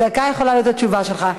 דקה יכולה להיות התשובה שלך.